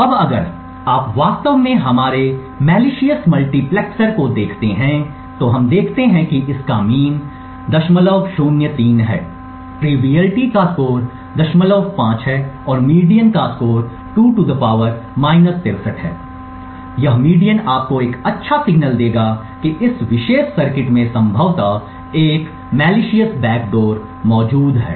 अब अगर आप वास्तव में हमारे दुर्भावनापूर्ण मल्टीप्लेक्सर को देखते हैं तो हम देखते हैं कि इसका मीन 003 है ट्रीवयलिटी का स्कोर 050 है और मीडियन का स्कोर 2 है यह मीडियन आपको एक अच्छा संकेत देगा कि इस विशेष सर्किट में संभवतः एक दुर्भावनापूर्ण बैकडोर मौजूद है